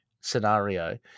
scenario